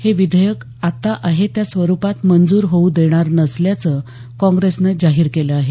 हे विधेयक आता आहे त्या स्वरूपात मंजूर होऊ देणार नसल्याचं काँग्रेसनं जाहीर केलं आहे